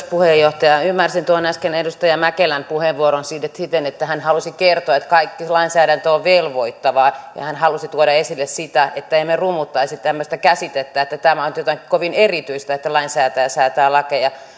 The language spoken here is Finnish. puheenjohtaja ymmärsin tuon äskeisen edustaja mäkelän puheenvuoron siten että hän halusi kertoa että kaikki lainsäädäntö on velvoittavaa ja hän halusi tuoda esille sitä että emme rummuttaisi tämmöistä käsitettä että tämä on nyt jotain kovin erityistä että lainsäätäjä säätää lakeja